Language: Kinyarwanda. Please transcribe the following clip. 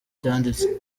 cyanditse